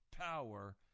power